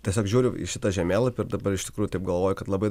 tiesiog žiūriu į šitą žemėlapį ir dabar iš tikrųjų taip galvoju kad labai